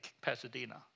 Pasadena